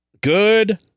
Good